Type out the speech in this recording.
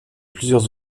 plusieurs